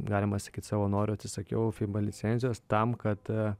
galima sakyt savo noru atsisakiau fiba licencijos tam kad